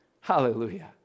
Hallelujah